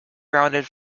rounded